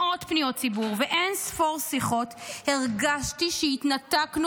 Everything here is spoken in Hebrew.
מאות פניות ציבור ואין-ספור שיחות הרגשתי שהתנתקנו